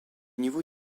niveau